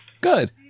Good